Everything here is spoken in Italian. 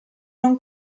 non